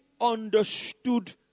understood